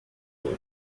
door